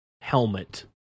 helmet